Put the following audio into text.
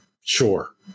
sure